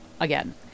again